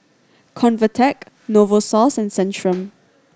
Convatec Novosource and Centrum